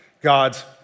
God's